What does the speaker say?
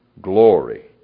Glory